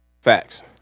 Facts